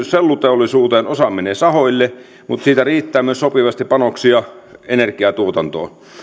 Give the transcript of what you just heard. selluteollisuuteen osa menee sahoille mutta siitä riittää myös sopivasti panoksia energiantuotantoon